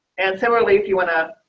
and similarly, if you want to